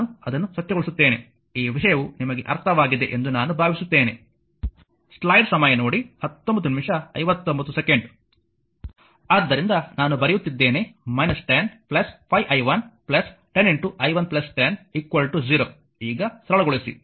ನಾನು ಅದನ್ನು ಸ್ವಚ್ಛಗೊಳಿಸುತ್ತೇನೆ ಈ ವಿಷಯವು ನಿಮಗೆ ಅರ್ಥವಾಗಿದೆ ಎಂದು ನಾನು ಭಾವಿಸುತ್ತೇನೆ ಆದ್ದರಿಂದ ನಾನು ಬರೆಯುತ್ತಿದ್ದೇನೆ 10 5i 110 i 110 0 ಈಗ ಸರಳಗೊಳಿಸಿ